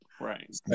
Right